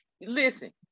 Listen